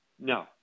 No